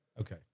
Okay